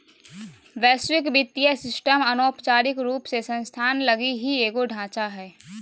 वैश्विक वित्तीय सिस्टम अनौपचारिक रूप से संस्थान लगी ही एगो ढांचा हय